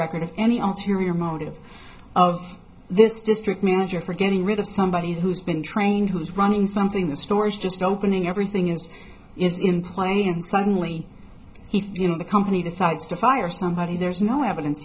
record of any ulterior motive of this district manager for getting rid of somebody who's been trained who's running something that stores just opening everything is is in play and suddenly he you know the company decides to fire somebody there's no evidence